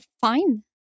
fine